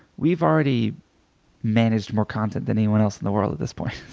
we've already managed more content than anyone else in the world at this point.